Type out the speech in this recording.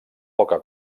poca